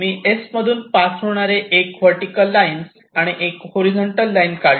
मी S मधून pass होणारे 1 vertical lines आणि 1 हॉरिझॉन्टल लाईन्स काढली